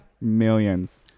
Millions